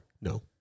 No